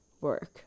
work